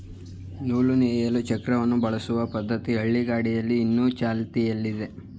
ನೂಲು ನೇಯಲು ಚಕ್ರವನ್ನು ಬಳಸುವ ಪದ್ಧತಿ ಹಳ್ಳಿಗಾಡಿನಲ್ಲಿ ಇನ್ನು ಚಾಲ್ತಿಯಲ್ಲಿದೆ